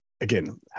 Again